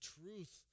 truth